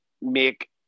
make